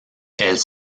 elles